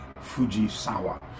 Fujisawa